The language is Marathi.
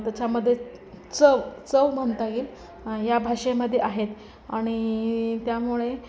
त्याच्यामध्ये चव चव म्हणता येईल या भाषेमध्ये आहेत आणि त्यामुळे